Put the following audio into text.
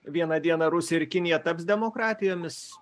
vieną dieną rusija ir kinija taps demokratijomis